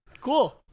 Cool